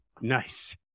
Nice